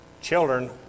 children